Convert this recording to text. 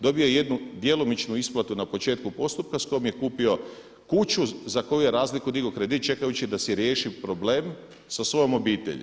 Dobio je jednu djelomičnu isplatu na početku postupka s kojom je kupio kuću za koju je razliku digao kredit čekajući da se riješi problem sa svojom obitelji.